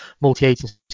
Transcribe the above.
multi-agency